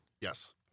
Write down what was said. Yes